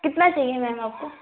कितना चहिए मैम आपको